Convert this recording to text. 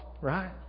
right